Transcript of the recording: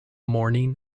morning